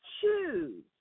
choose